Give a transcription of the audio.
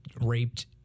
raped